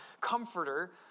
comforter